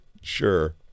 sure